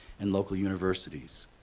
and local universities.